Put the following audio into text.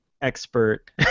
expert